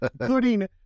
including